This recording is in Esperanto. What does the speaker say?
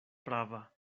prava